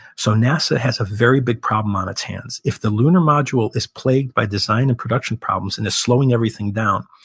so nasa has a very big problem on its hands. if the lunar module is plagued by design and production problems and is slowing everything down,